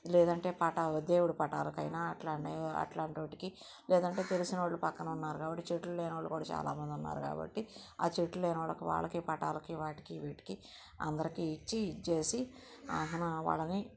లేదంటే పటాలు దేవుడి పటాలకు అయిన అలాంటి అలాంటి వాటికి లేదంటే తెలిసిన వాళ్ళు పక్కన ఉన్నారు కాబట్టి చెట్లు లేని వాళ్ళు కూడా చాలా మంది ఉన్నారు కాబట్టి చెట్లు లేని వాళ్ళకి వాళ్ళకి పటాలకి వాటికి వీటికి అందరికీ ఇచ్చి ఇచ్చి వా వాళ్ళని